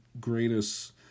greatest